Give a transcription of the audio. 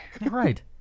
Right